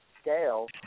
scale